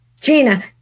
Gina